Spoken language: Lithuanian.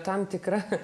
tam tikra kad